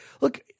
look